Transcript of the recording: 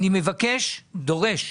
אני מבקש, דורש,